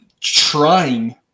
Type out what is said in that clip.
trying